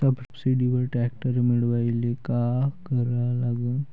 सबसिडीवर ट्रॅक्टर मिळवायले का करा लागन?